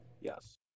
Yes